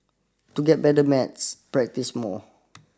to get better maths practise more